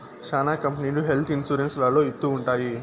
శ్యానా కంపెనీలు health insurance లలో ఇత్తూ ఉంటాయి